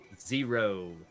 zero